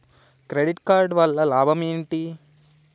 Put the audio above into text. Credit card వల్ల లాభం ఏంటి?